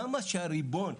למה שהריבון?